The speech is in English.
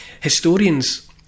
historians